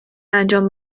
انجام